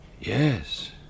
Yes